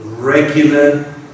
regular